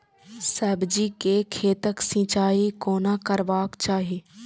सब्जी के खेतक सिंचाई कोना करबाक चाहि?